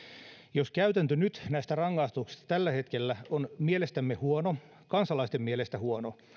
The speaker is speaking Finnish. jos käytäntö näissä rangaistuksissa tällä hetkellä on mielestämme huono ja kansalaisten mielestä huono